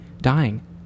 dying